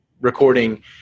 recording